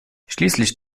schließlich